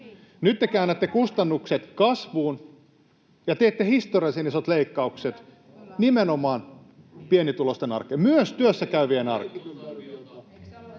Nyt te käännätte kustannukset kasvuun ja teette historiallisen isot leikkaukset nimenomaan pienituloisten arkeen, myös työssäkäyvien arkeen.